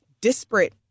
disparate